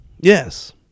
Yes